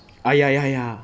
ah ya ya ya